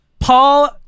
Paul